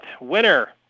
winner